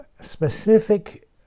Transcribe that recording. specific